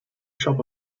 shop